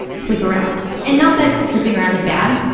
sleep around. and not that sleeping around is bad,